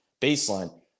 baseline